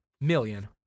million